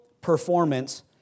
performance